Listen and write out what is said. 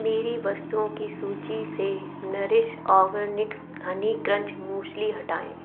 मेरी वस्तुओं की सूची से Nourish Organics honey crunch muesli हटाएँ